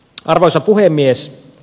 arvoisa puhemies